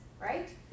right